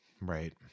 Right